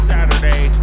Saturday